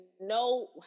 no